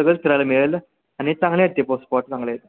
सगळंच फिरायला मिळेल आणि चांगले आहेत ते पॉ स्पॉट चांगले आहेत